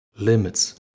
Limits